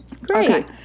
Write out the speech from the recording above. Great